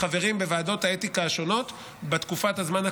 חברים בוועדות האתיקה השונות בתקופת הזמן הקרובה,